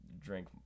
drink